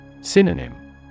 Synonym